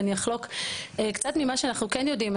ואני אחלוק קצת ממה שאנחנו כן יודעים.